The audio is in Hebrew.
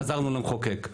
חזרנו למחוקק.